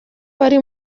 wari